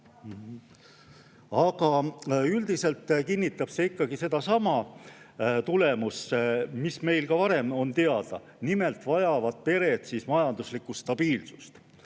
Aga üldiselt kinnitab see ikkagi sedasama tulemust, mis meil ka varem teada oli. Nimelt vajavad pered majanduslikku stabiilsust.